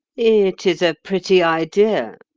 it is a pretty idea,